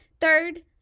third